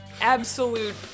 absolute